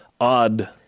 odd